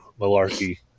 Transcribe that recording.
malarkey